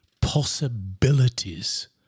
possibilities